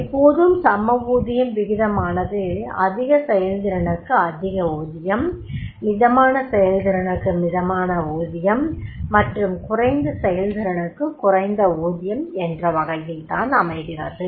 எப்போதும் சம ஊதிய விகிதமானது அதிக செயல்திறனுக்கு அதிக ஊதியம் மிதமான செயல்திறனுக்கு மிதமான ஊதியம் மற்றும் குறைந்த செயல்திறனுக்கு குறைந்த ஊதியம் என்ற வகையில் தான் அமைகிறது